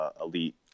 elite